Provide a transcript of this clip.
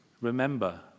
remember